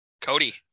Cody